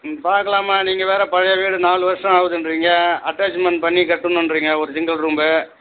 ம் பார்க்கலாம்மா நீங்கள் வேறு பழைய வீடு நாலு வருஷம் ஆகுதுன்றிங்க அட்டாச்மெண்ட் பண்ணி கட்டணுன்றிங்க ஒரு சிங்கிள் ரூம்பு